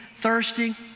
thirsty